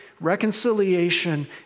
Reconciliation